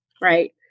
right